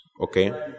Okay